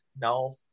No